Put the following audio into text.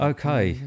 okay